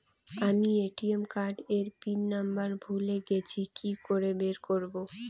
আমি ATM card এর pin নম্বর ভুলে গেছি কি করে বের করব?